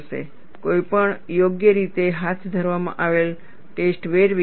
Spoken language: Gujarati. કોઈપણ યોગ્ય રીતે હાથ ધરવામાં આવેલ ટેસ્ટ વેરવિખેર હશે